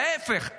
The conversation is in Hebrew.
להפך,